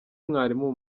mwarimu